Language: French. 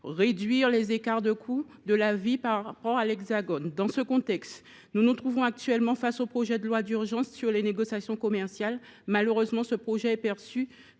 réduire l’écart du coût de la vie par rapport à l’Hexagone. Dans ce contexte, nous examinons le projet de loi d’urgence sur les négociations commerciales. Malheureusement, ce texte est perçu